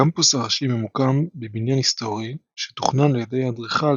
הקמפוס הראשי ממוקם בבניין היסטורי שתוכנן על ידי האדריכל